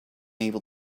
able